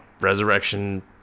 resurrection